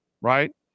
right